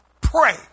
pray